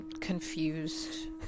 Confused